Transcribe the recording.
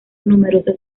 numerosas